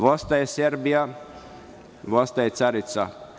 Vostaje Serbija, vostaje carica.